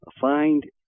find